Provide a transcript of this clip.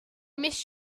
miss